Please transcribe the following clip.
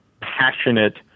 passionate